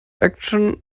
action